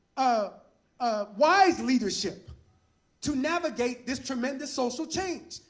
ah ah wise leadership to navigate this tremendous social change.